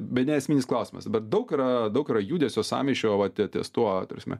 bene esminis klausimas bet daug yra daug yra judesio sąmyšio vat ties tuo ta prasme